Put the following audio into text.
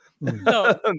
No